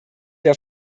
der